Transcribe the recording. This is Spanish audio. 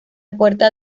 puerta